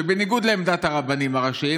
שבניגוד לעמדת הרבנים הראשיים,